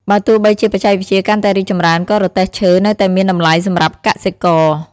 បើទោះបីជាបច្ចេកវិទ្យាកាន់តែរីកចម្រើន ក៏រទេះឈើនៅតែមានតម្លៃសម្រាប់កសិករ។